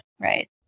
right